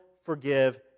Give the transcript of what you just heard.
forgive